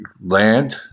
land